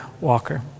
walker